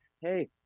hey